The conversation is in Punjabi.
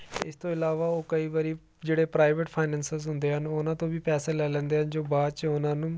ਇਸ ਤੋਂ ਇਲਾਵਾ ਉਹ ਕਈ ਵਾਰੀ ਜਿਹੜੇ ਪ੍ਰਾਈਵੇਟ ਫਾਈਨੈਂਸਰਸ ਹੁੰਦੇ ਹਨ ਉਹਨਾਂ ਤੋਂ ਵੀ ਪੈਸੇ ਲੈ ਲੈਂਦੇ ਆ ਜੋ ਬਾਅਦ 'ਚ ਉਹਨਾਂ ਨੂੰ